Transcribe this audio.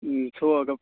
ꯎꯝ ꯁꯣꯛꯑꯒ